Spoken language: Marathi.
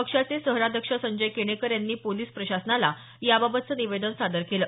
पक्षाचे शहराध्यक्ष संजय केनेकर यांनी पोलिस प्रशासनाला याबाबतचं निवेदन सादर केलं